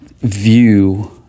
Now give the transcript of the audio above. view